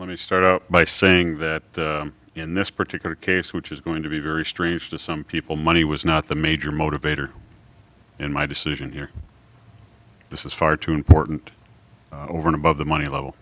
let me start out by saying that you know in this particular case which is going to be very strange to some people money was not the major motivator in my decision here this is far too important over and above the money level